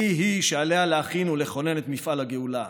היא-היא שעליה להכין ולכונן את מפעל הגאולה.